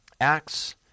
Acts